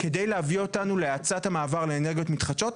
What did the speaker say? כדי להביא אותנו להאצת המעבר לאנרגיות מתחדשות,